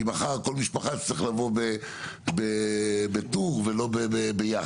מחר כל משפחה תצטרך לבוא בטור ולא ביחד.